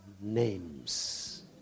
names